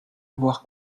avoir